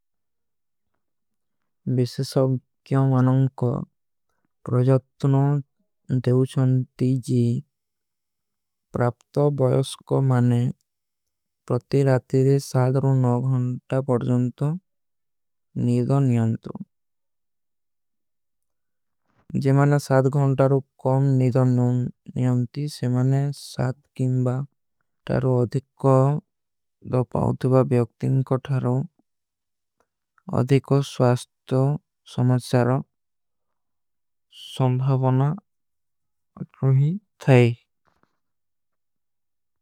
ଵିଶେ ସବକ୍ଯୋଂ ଅନଂକୋ ରୋଜତ୍ନୋଂ ଦେଵୁଛନତୀ ଜୀ ପ୍ରାପ୍ତୋ। ବଯୋସକୋ ମାନେ ପ୍ରତି ରାତିଦେ ସାଦରୋ ନୋ ଘଂଟା ପରଜୋଂତୋ। ନୀଦୋ ନିଯଂତୋ ଜୀ ମାନେ ସାଦ ଗଂଟାରୋ କମ ନୀଦୋ ନିଯଂତୀ। ସେ ମାନେ ସାଦ ଗିଂବା ତାରୋ ଅଧିକୋ ଦୋ ପାଉଦଵା ବ୍ଯକ୍ତିନ। କୋ ଥାରୋ ଅଧିକୋ ସ୍ଵାସ୍ତୋ ସମଚ୍ଯାରୋ ସଂଭାଵନା ରୁହୀ ଥାଈ।